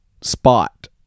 spot